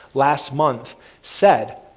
last month said,